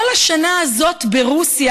כל השנה הזאת ברוסיה,